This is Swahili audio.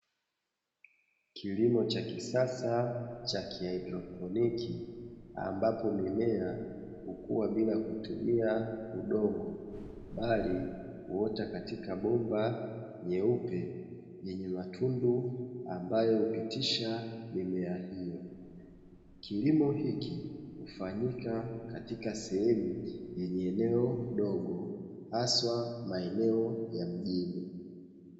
Kilimo cha kisasa cha kihaidroponiki ambapo mimea hukua bila kutumia udongo bali hutoa katika bomba jeupe lenye matundu ambayo hupitisha mimea hiyo. Kilimo hiki hufanyika katika sehemu yenye eneo dogo haswa maeneo ya mjini.